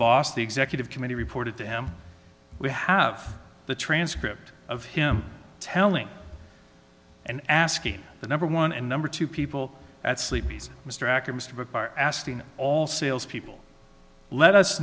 boss the executive committee reported to him we have the transcript of him telling and asking the number one and number two people at sleepy's mr ackerman asking all salespeople let us